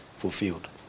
fulfilled